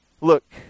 look